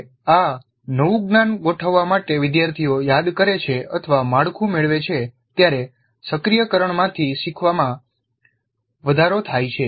જ્યારે આ નવું જ્ઞાન ગોઠવવા માટે વિદ્યાર્થીઓ યાદ કરે છે અથવા માળખું મેળવે છે ત્યારે સક્રિયકરણમાંથી શીખવામાં વધારો થાય છે